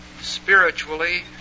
Spiritually